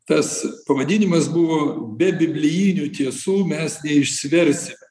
tas pavadinimas buvo be biblijinių tiesų mes neišsiversime